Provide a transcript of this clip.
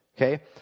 Okay